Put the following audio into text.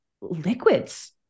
liquids